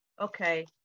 Okay